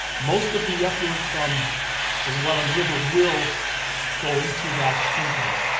most of the effluent from the welland river will go into that intake.